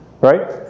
Right